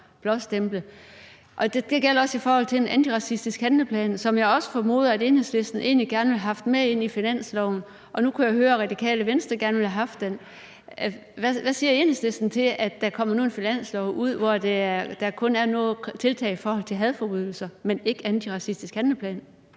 blåstemple. Det gælder også i forhold til en antiracistisk handleplan, som jeg også formoder Enhedslisten egentlig gerne ville have haft med ind i finansloven. Jeg kan høre, at Radikale Venstre gerne ville have haft den med ind. Hvad siger Enhedslisten til, at der nu kommer en finanslov ud, hvor der kun er tiltag i forbindelse med hadforbrydelser, men ikke noget om en antiracistisk handleplan?